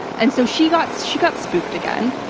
and so she got she got spooked again,